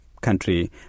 country